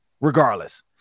regardless